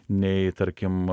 nei tarkim